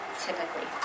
typically